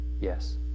yes